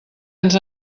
ens